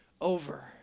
over